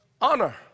Honor